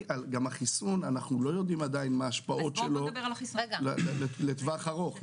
החיסון, אנו לא יודעים מה ההשפעות שלו לטווח ארוך.